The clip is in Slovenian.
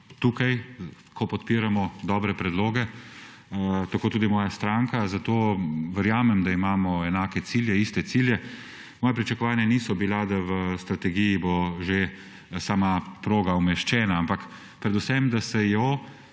tukaj, ko podpiramo dobre predloge, tako tudi moja stranka, zato verjamem, da imamo enake cilje, iste cilje. Moja pričakovanja niso bila, da bo v strategiji že sama proga umeščena, ampak predvsem, da se jo